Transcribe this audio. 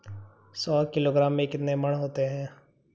सौ किलोग्राम में कितने मण होते हैं?